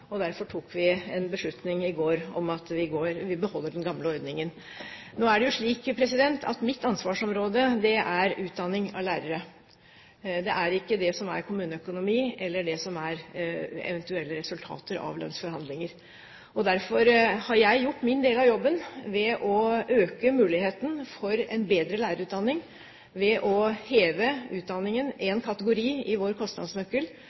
Derfor tok vi i går en beslutning om at vi beholder den gamle ordningen. Nå er det jo slik at mitt ansvarsområde er utdanning av lærere. Det er ikke kommuneøkonomi eller eventuelle resultater av lønnsforhandlinger. Derfor har jeg gjort min del av jobben ved å øke muligheten for en bedre lærerutdanning ved å heve utdanningen én kategori i vår kostnadsnøkkel